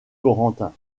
corentin